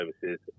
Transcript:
services